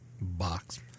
box